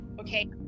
okay